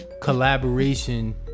collaboration